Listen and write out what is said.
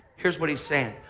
here's what he's saying.